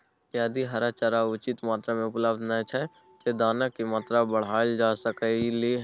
यदि हरा चारा उचित मात्रा में उपलब्ध नय छै ते दाना की मात्रा बढायल जा सकलिए?